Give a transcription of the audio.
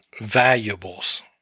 valuables